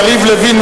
יריב לוין,